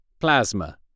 Plasma